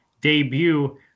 debut